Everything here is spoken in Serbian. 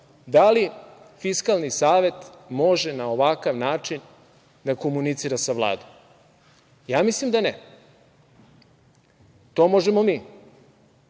li Fiskalni savet može na ovakav način da komunicira sa Vladom? Ja mislim da ne. To možemo mi,